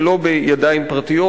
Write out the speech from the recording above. ולא בידיים פרטיות.